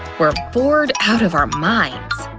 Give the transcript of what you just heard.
we're bored out of our minds.